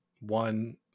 one